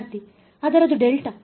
ವಿದ್ಯಾರ್ಥಿ ಆದರೆ ಅದು ಡೆಲ್ಟಾ